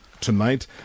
tonight